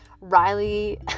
Riley